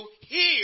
hear